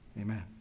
Amen